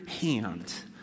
hand